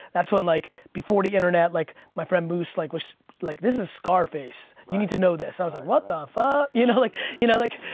that's when like, before the internet, like my friend moose like was like, this is scarface, you need to know this and i was like what the fuck? you know like you know like